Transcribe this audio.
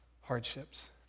hardships